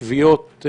תביעות,